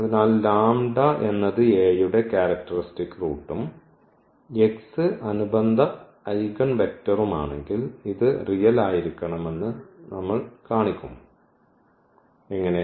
അതിനാൽ എന്നത് A യുടെ ക്യാരക്ടറിസ്റ്റിക് റൂട്ടും x അനുബന്ധ ഐഗൻവെക്റ്ററും ആണെങ്കിൽ ഇത് റിയൽ ആയിരിക്കണമെന്ന് നമ്മൾ കാണിക്കും എങ്ങനെ